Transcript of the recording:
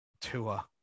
Tua